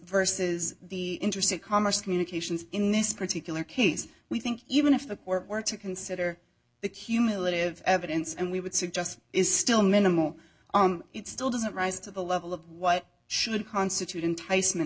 versus the interstate commerce communications in this particular case we think even if the court were to consider the cumulative evidence and we would suggest is still minimal it still doesn't rise to the level of what should constitute enticement